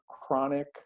chronic